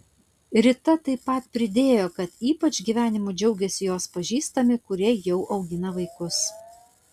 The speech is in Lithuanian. rita taip pat pridėjo kad ypač gyvenimu džiaugiasi jos pažįstami kurie jau augina vaikus